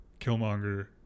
Killmonger